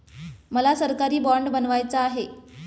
मला सरकारी बाँड बनवायचा आहे